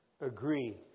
Agree